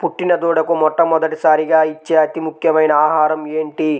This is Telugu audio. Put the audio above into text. పుట్టిన దూడకు మొట్టమొదటిసారిగా ఇచ్చే అతి ముఖ్యమైన ఆహారము ఏంటి?